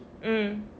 mm